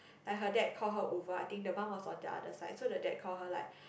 like her dad call her over I think the mum was on the other side so the dad called her like